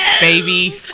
baby